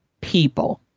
people